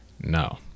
No